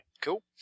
Cool